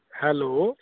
hello